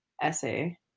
essay